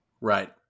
Right